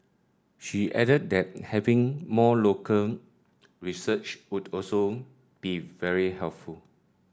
she added that having more local research would also be very helpful